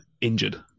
injured